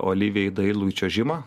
olivijai dailųjį čiuožimą